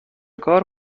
کار